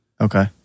Okay